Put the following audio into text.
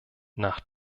nach